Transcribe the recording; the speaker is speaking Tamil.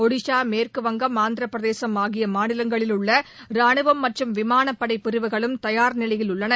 ஒடிஸா மேற்குவங்கம் ஆந்திரபிரதேசம் ஆகிய மாநிலங்களில் உள்ள ராணுவ மற்றும் விமானப்படை பிரிவுகளும் தயார் நிலையில் உள்ளன